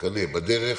בדרך,